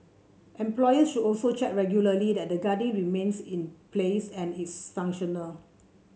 employers should also check regularly that the guarding remains in place and is functional